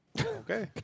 Okay